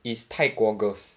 is 泰国 girls